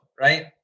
right